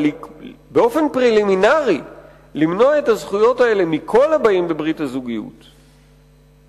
אבל באופן מקדמי למנוע את הזכויות האלה מכל הבאים בברית הזוגיות ולעכב